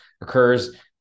occurs